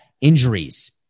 injuries